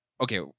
okay